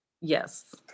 yes